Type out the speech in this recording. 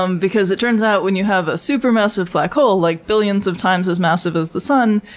um because it turns out when you have a supermassive black hole, like billions of times as massive as the sun,